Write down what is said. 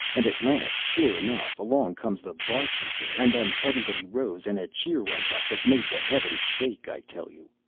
and at last, sure enough, along comes the barkeeper, and then everybody rose, and a cheer went up that made the heavens shake, i tell you!